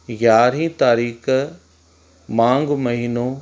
यारहीं तारीख़ु माघ महिनो